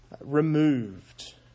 removed